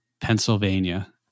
Pennsylvania